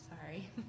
sorry